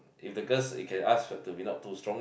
if the girls you can ask for to be not too strong lah